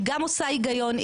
היא גם עושה הגיון,